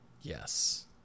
Yes